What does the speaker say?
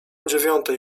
dziewiątej